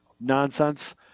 nonsense